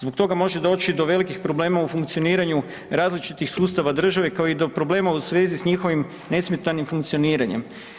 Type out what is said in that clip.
Zbog toga može doći do velikih problema u funkcioniranju različitih sustava države, ako i do problema u svezi s njihovim nesmetanim funkcioniranjem.